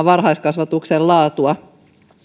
varhaiskasvatuksen laatua